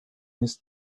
his